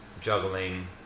juggling